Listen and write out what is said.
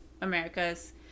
America's